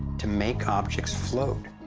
to make objects float.